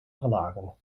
verlagen